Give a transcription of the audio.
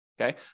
Okay